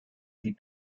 die